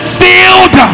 field